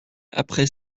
après